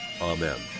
Amen